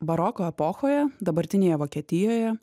baroko epochoje dabartinėje vokietijoje